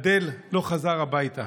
עאדל לא חזר הביתה.